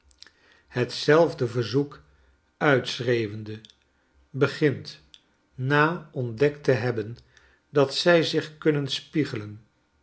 hetzelfde verzoek uitschreeuwende begint na ontdekt te hebben dat zij zich kunnen spiegelen